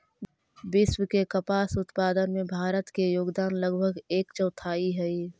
विश्व के कपास उत्पादन में भारत के योगदान लगभग एक चौथाई हइ